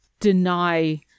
deny